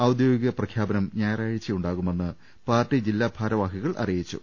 ഔദ്യോഗിക പ്രഖ്യാപനം ഞായറാ ഴ്ച്ചയുണ്ടാകുമെന്ന് പാർട്ടി ജില്ലാ ഭാരവാഹികൾ അറിയിച്ചു